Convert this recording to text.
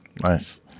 Nice